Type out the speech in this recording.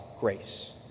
grace